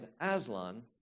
Aslan